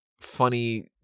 funny